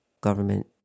government